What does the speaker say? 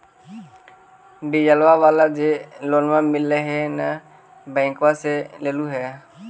डिजलवा वाला जे लोनवा मिल है नै बैंकवा से लेलहो हे?